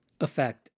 effect